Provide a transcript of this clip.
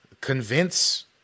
convince